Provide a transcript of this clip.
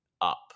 up